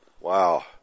wow